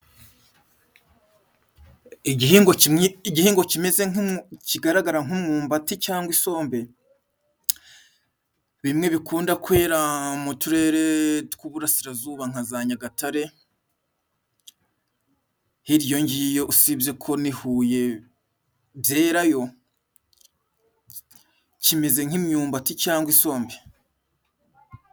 Igihingwa kimwe, igihingwa kimeze nk'umwu... kigaragara nk'umwumbati cyangwa isombe, bimwe bikunda kwera mu turere tw'uburasirazuba nka za Nyagatare, hirya iyongiyo, usibye ko n'i Huye byerayo, kimeze nk'imyumbati cyangwa isombe.